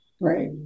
Right